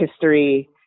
history